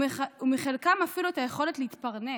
ומחלקם אפילו את היכולת להתפרנס.